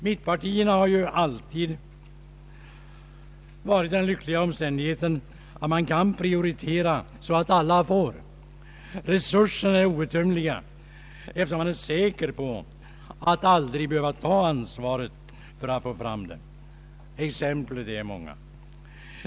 Mittenpartierna har ju alltid varit i den lyckliga omständigheten att man kan prioritera så att alla får. Resurserna är outtömliga eftersom man är säker på att aldrig behöva ta ansvaret för att få fram medlen, Exemplen är många.